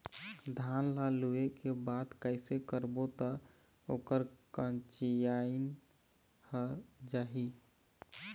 धान ला लुए के बाद कइसे करबो त ओकर कंचीयायिन हर जाही?